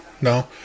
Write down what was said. No